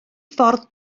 ffordd